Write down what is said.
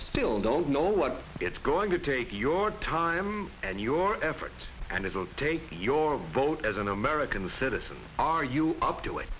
still don't know what it's going to take your time and your effort and it will take your vote as an american citizen are you up to